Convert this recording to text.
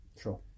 Sure